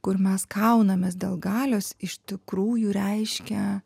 kur mes kaunamės dėl galios iš tikrųjų reiškia